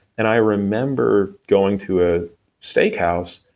and i remember going to a steakhouse,